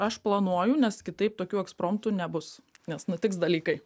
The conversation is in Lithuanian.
aš planuoju nes kitaip tokių ekspromtų nebus nes nutiks dalykai